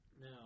Now